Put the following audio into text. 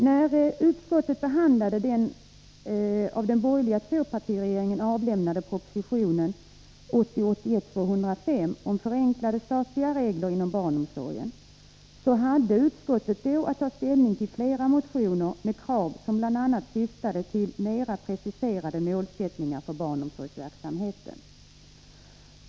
När utskottet behandlade den av den borgerliga tvåpartiregeringen avlämnade propositionen 1980/81:205 om förenklade statliga regler inom barnomsorgen hade utskottet att ta ställning till flera motioner med krav som bl.a. syftade till mera preciserade målsättningar för barnomsorgsverksamheten.